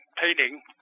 painting